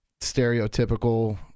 stereotypical